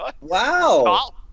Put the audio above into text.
Wow